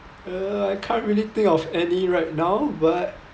uh I can't really think of any right now but